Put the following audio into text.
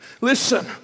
listen